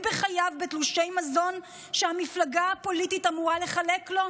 בחייו בתלושי מזון שהמפלגה הפוליטית אמורה לחלק לו?